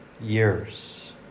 years